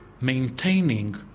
maintaining